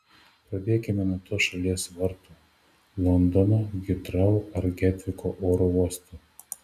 pradėkime nuo tos šalies vartų londono hitrou ar getviko oro uostų